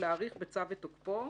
להאריך בצו את תוקפו,